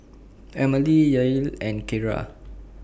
Emilie Yael and Keara